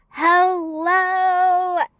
hello